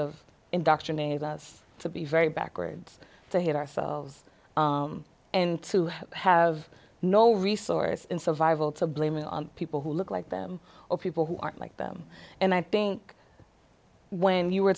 of indoctrinate us to be very backwards to hit ourselves and to have no resource in survival to blame it on people who look like them or people who aren't like them and i think when you were